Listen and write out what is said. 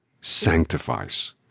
sanctifies